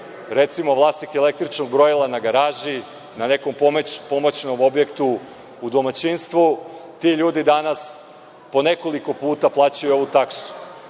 recimo vlasnik električnog brojila na garaži, na nekom pomoćnom objektu u domaćinstvu, ti ljudi danas po nekoliko puta plaćaju ovu taksu.